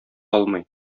алмый